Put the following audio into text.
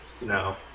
No